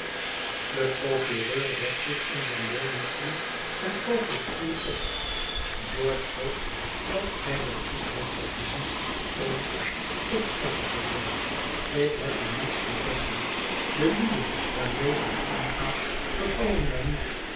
de procureur zet zich in zijn leuningstoel en pookt het vuur op george hoopt dat hij de goedheid zal hebben om ik zeg u sergeant ik heb u niets te zeggen de lieden waarmee gij omgaat bevallen mij niet